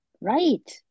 right